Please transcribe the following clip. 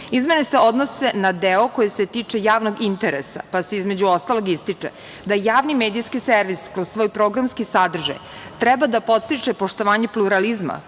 uslova. Izmene se odnose na deo koji se tiče javnog interesa, pa se između ostalog ističe da javni medijski servis kroz svoj programski sadržaj treba da podstiče poštovanje pluralizma,